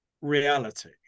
reality